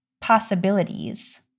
possibilities